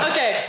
Okay